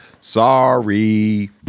Sorry